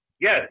Yes